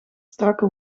strakke